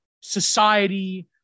society